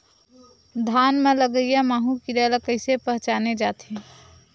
धान म लगईया माहु कीरा ल कइसे पहचाने जाथे?